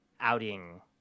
outing